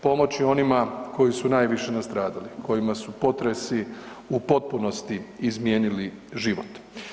Pomoći onima koji su najviše nastradali, kojima su potresi u potpunosti izmijenili život.